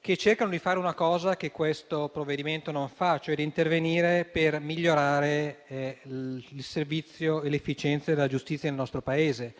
5 cercano di fare una cosa che questo provvedimento non fa, cioè di intervenire per migliorare il servizio e l'efficienza della giustizia nel nostro Paese.